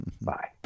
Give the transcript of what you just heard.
Bye